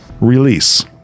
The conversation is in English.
release